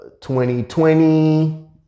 2020